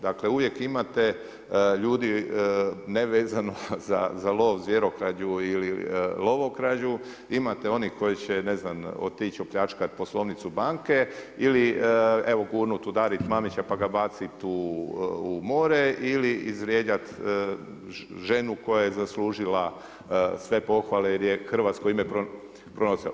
Dakle uvijek imate ljudi nevezano za lov, zvjerokrađu ili lovokrađu, imate onih koji će, ne znam, otići opljačkati poslovnicu banke ili evo gurnuti, udariti Mamića pa ga baciti u more ili izvrijeđati ženu koja je zaslužila sve pohvale jer je hrvatsko ime pronacionacionalno.